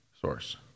source